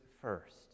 first